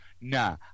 Nah